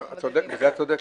חבר הכנסת כבל,